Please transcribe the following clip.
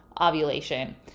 ovulation